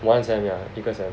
one sem yeah 一个 sem